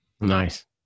Nice